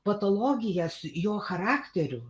patologijas jo charakterių